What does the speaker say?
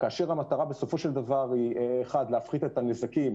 היעד היה להגיע ל-1,000 מהנדסים מוכשרים,